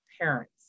parents